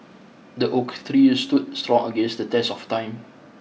the oak tree stood strong against the test of time